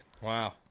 Wow